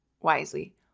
wisely